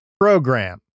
Program